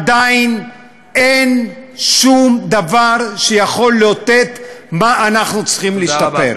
עדיין אין שום דבר שיכול לאותת מה אנחנו צריכים לשפר.